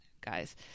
guys